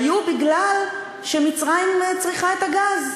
היו מפני שמצרים צריכה את הגז.